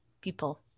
people